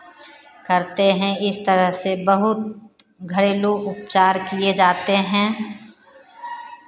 करते हैं इस तरह से बहुत घरेलू उपचार किए जाते हैं